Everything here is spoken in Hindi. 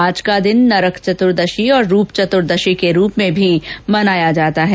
आज का दिन नरक चतुर्दशी और रूप चतुर्दशी के रूप में भी मनाया जाता है